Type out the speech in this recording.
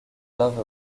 dove